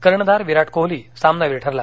कर्णधार विराट कोहली सामनावीर ठरला